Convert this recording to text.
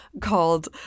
called